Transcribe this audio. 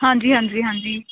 ਹਾਂਜੀ ਹਾਂਜੀ ਹਾਂਜੀ